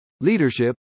leadership